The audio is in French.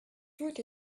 tout